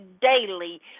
daily